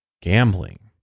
gambling